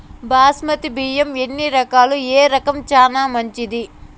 బాస్మతి బియ్యం ఎన్ని రకాలు, ఏ రకం చానా మంచిది?